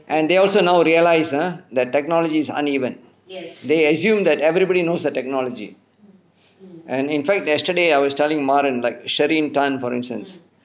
and they also now realise ah that technology is uneven they assume that everybody knows the technology and in fact yesterday I was telling marun like sherine tan for instance